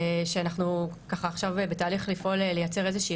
שאנחנו עכשיו בתהליך לפעול לייצר איזושהי